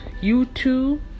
YouTube